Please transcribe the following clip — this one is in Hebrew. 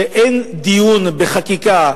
שאין דיון בחקיקה,